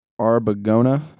Arbogona